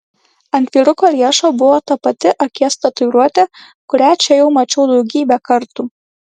ant vyruko riešo buvo ta pati akies tatuiruotė kurią čia jau mačiau daugybę kartų